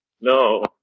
No